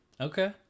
Okay